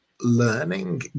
learning